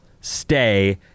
stay